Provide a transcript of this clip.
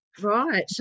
Right